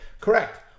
correct